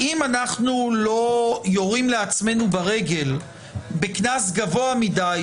האם אנחנו לא יורים לעצמנו ברגל בקנס גבוה מדי,